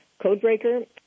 Codebreaker